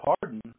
Pardon